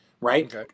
right